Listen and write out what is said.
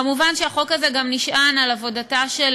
מובן שהחוק הזה גם נשען על עבודתה של